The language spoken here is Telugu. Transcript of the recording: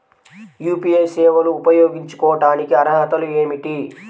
యూ.పీ.ఐ సేవలు ఉపయోగించుకోటానికి అర్హతలు ఏమిటీ?